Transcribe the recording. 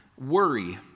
Worry